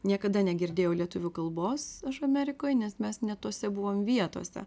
niekada negirdėjau lietuvių kalbos amerikoj nes mes ne tose buvom vietose